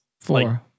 Four